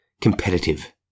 competitive